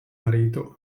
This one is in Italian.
marito